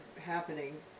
happening